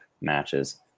matches